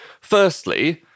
Firstly